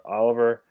oliver